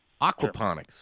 aquaponics